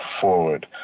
forward